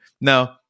No